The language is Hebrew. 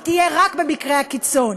היא תהיה רק במקרי הקיצון.